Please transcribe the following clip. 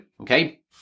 Okay